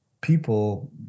people